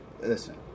listen